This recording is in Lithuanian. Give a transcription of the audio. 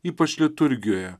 ypač liturgijoje